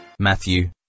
matthew